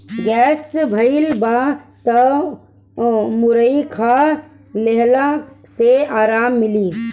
gas भइल बा तअ मुरई खा लेहला से आराम मिली